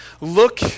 look